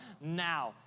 now